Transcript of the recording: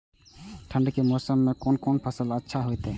ठंड के मौसम में कोन कोन फसल अच्छा होते?